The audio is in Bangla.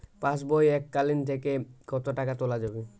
পাশবই এককালীন থেকে কত টাকা তোলা যাবে?